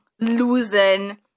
losing